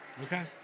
Okay